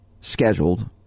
scheduled